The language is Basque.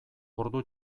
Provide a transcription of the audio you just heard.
ordu